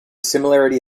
similarity